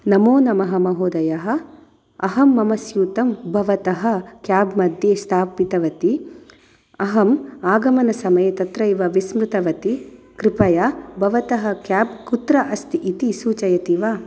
नमो नमः महोदयः अहं मम स्यूतं भवतः केब् मध्ये स्थापितवती अहम् आगमनसमये तत्र एव विस्मृतवती कृपया भवतः केब् कुत्र अस्ति इति सूचयति वा